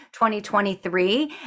2023